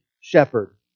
shepherd